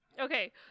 Okay